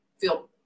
feel